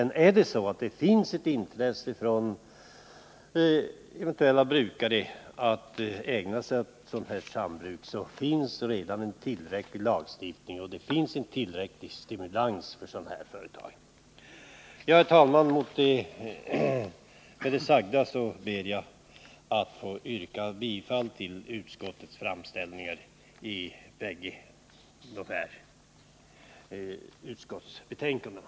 Om det finns intresse från brukare att bilda sambruk, finns det emellertid redan lagstiftning med regler avsedda att stimulera härtill. Herr talman! Med det sagda ber jag att få yrka bifall till utskottets hemställan i båda betänkandena.